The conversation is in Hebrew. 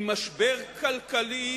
עם משבר כלכלי